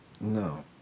No